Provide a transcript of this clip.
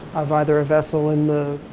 of either ah vessel in the,